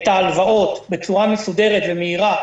את ההלוואות בצורה מסודרת ומהירה,